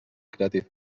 creative